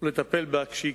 ולטפל בה כשהיא